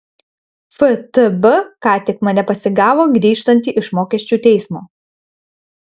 ftb ką tik mane pasigavo grįžtantį iš mokesčių teismo